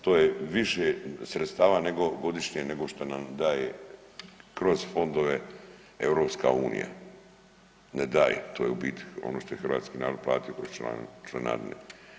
To je više sredstava nego godišnje nego što nam daje kroz fondove EU, ne daje, to je u biti ono što je hrvatski narod platio kroz članarinu.